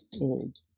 old